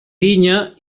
vinya